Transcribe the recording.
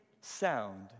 sound